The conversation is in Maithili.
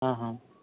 हँ हँ